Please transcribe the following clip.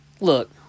Look